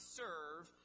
serve